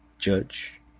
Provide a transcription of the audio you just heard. judge